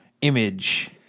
image